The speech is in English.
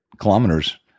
kilometers